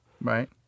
Right